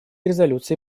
резолюции